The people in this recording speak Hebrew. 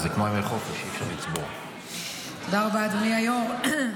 תודה רבה, אדוני היו"ר.